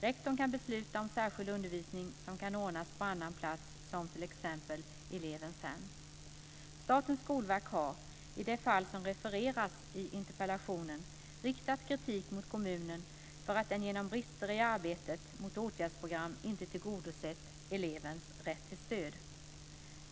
Rektorn kan besluta om särskild undervisning som kan ordnas på annan plats, t.ex. i elevens hem. Statens skolverk har, i det fall som refereras i interpellationen, riktat kritik mot kommunen för att den genom brister i arbetet med åtgärdsprogram inte tillgodosett elevens rätt till stöd.